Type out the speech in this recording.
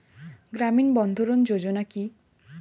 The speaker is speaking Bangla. গ্রামীণ বন্ধরন যোজনা কি?